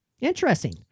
Interesting